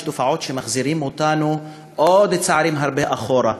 יש תופעות שמחזירות אותנו צעדים רבים אחורה,